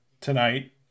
tonight